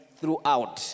throughout